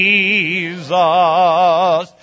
Jesus